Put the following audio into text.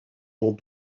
dans